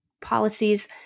policies